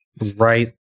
Right